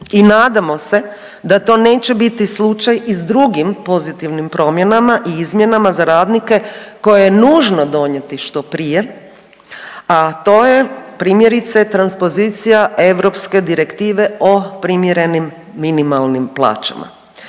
i nadamo se da to neće biti slučaj i s drugim pozitivnim promjenama i izmjenama za radnike koje je nužno donijeti što prije, a to je primjerice transpozicija Europske direktive o primjerenim minimalnim plaćama.